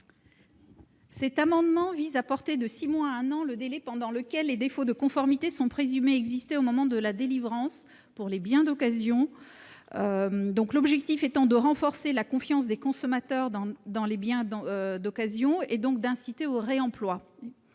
Cet amendement vise à porter de six mois à un an le délai pendant lequel les défauts de conformité apparus sont présumés exister au moment de la délivrance d'un bien d'occasion. L'objectif est de renforcer la confiance des consommateurs dans les biens d'occasion, donc d'inciter au réemploi.